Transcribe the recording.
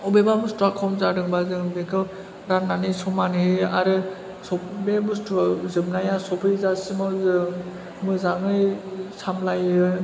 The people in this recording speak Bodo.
अबेबा बुस्थुवा खम जादोंबा जों बेखौ रान्नानै समानै आरो स' बे बुस्थु जोबनाया सफैजासिमाव जों मोजाङै सामलायो